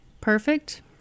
perfect